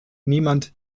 niemand